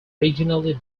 originally